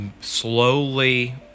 slowly